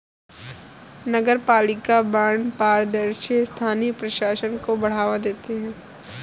नगरपालिका बॉन्ड पारदर्शी स्थानीय प्रशासन को बढ़ावा देते हैं